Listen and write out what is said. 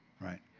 right